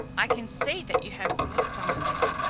i can see that you have brought some of it.